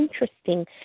interesting